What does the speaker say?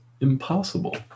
impossible